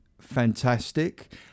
fantastic